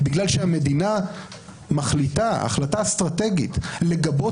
בגלל שהמדינה מחליטה החלטה אסטרטגית לגבות